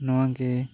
ᱱᱚᱣᱟ ᱜᱮ